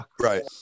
right